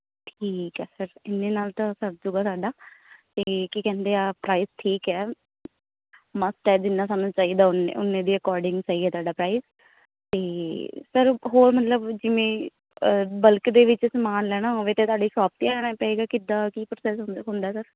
ਠੀਕ ਹੈ ਸਰ ਇੰਨੇ ਨਾਲ ਤਾਂ ਸਰਜੂਗਾ ਸਾਡਾ ਅਤੇ ਕੀ ਕਹਿੰਦੇ ਆ ਪ੍ਰਾਈਸ ਠੀਕ ਹੈ ਮਸਤ ਹੈ ਜਿੰਨਾ ਸਾਨੂੰ ਚਾਹੀਦਾ ਉਨੇ ਉਨੇ ਦੀ ਅਕੋਰਡਿੰਗ ਸਹੀ ਹੈ ਤੁਹਾਡਾ ਪ੍ਰਾਈਜ ਅਤੇ ਸਰ ਹੋਰ ਮਤਲਬ ਜਿਵੇਂ ਬਲਕ ਦੇ ਵਿੱਚ ਸਮਾਨ ਲੈਣਾ ਹੋਵੇ ਤਾਂ ਤੁਹਾਡੀ ਸ਼ੋਪ 'ਤੇ ਆਉਣਾ ਪਵੇਗਾ ਕਿੱਦਾਂ ਕੀ ਪ੍ਰੋਸੈਸ ਹੁੰਦ ਹੁੰਦਾ ਸਰ